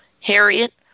Harriet